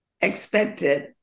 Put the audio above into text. expected